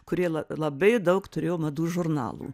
kuri la labai daug turėjo madų žurnalų